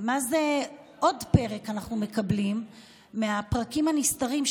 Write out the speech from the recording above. עוד פרק אנחנו מקבלים מהפרקים הנסתרים,